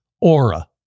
Aura